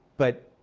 but,